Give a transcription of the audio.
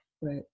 Right